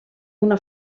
una